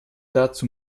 dazu